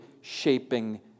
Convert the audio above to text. shaping